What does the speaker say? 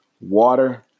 water